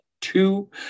two